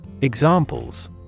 Examples